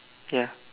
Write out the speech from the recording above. ya